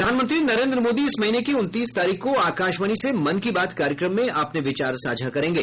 प्रधानमंत्री नरेन्द्र मोदी इस महीने की उनतीस तारीख को आकाशवाणी से मन की बात कार्यक्रम में अपने विचार साझा करेंगे